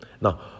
Now